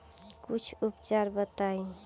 कुछ उपचार बताई?